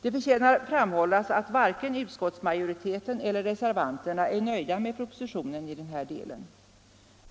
Det förtjänar framhållas att varken utskottsmajoriteten eller reservanterna är nöjda med propositionen i den här delen.